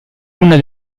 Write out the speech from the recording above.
una